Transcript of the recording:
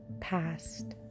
past